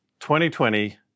2020